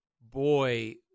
boy